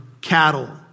cattle